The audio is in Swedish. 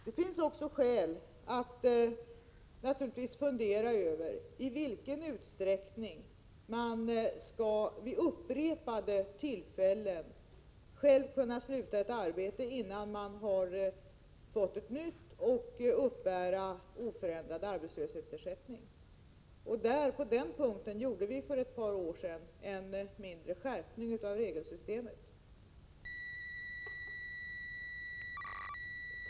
Det finns naturligtvis också skäl att fundera över i vilken utsträckning en person själv vid upprepade tillfällen kan sluta ett arbete innan han har fått ett nytt och uppbära oförändrad arbetslöshetsersättning. På den punkten gjordes för ett par år sedan en mindre skärpning i regelsystemet.